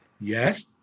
Yes